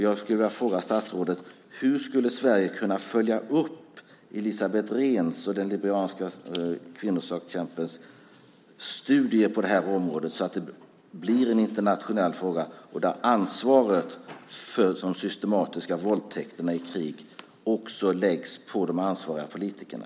Jag skulle vilja fråga statsrådet hur Sverige skulle kunna följa upp Elisabeth Rehns och den liberianska kvinnosakskämpens studier på det här området så att det blir en internationell fråga där ansvaret för de systematiska våldtäkterna i krig också läggs på de ansvariga politikerna.